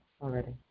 already